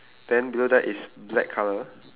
then below that is black colour